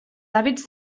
hàbits